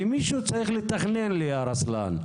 כי, מישהו צריך לתכנן לי רוסלן,